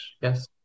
yes